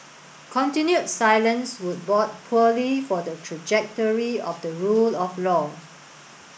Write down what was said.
continued silence would bode poorly for the trajectory of the rule of law